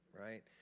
right